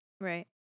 Right